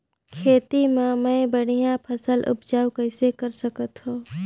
खेती म मै बढ़िया फसल उपजाऊ कइसे कर सकत थव?